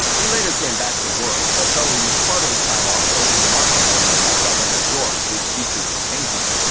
he later came back to work, but teutul used part of his time off to open an art gallery in montgomery, new york, which featured his paintings.